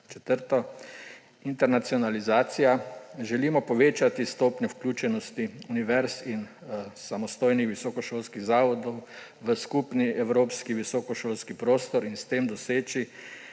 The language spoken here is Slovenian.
Četrto internacionalizacija. Želimo povečati stopnjo vključenosti univerz in samostojnih visokošolskih zavodov v skupni evropski visokošolski prostor in s tem doseči